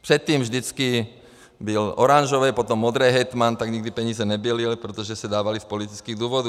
Předtím vždycky byl oranžový, potom modrý hejtman, tak nikdy peníze nebyly, ale protože se dávaly z politických důvodů.